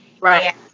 Right